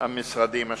המשרדים השונים.